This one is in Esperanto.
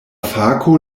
fako